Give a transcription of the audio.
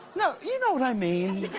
know you know what i mean.